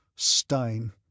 Stein